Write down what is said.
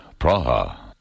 Praha